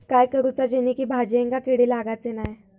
काय करूचा जेणेकी भाजायेंका किडे लागाचे नाय?